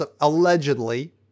allegedly